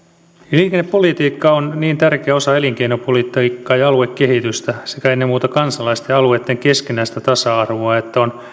liikennepolitiikka on niin tärkeä osa elinkeinopolitiikkaa ja aluekehitystä sekä ennen muuta kansalaisten ja alueitten keskinäistä tasa arvoa että on